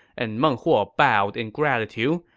and meng huo bowed in gratitude,